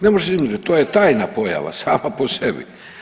Ne može se izmjeriti, to je tajna pojava, sama po sebi.